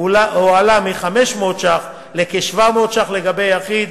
הועלה מ-500 ש"ח לכ-700 ש"ח ליחיד,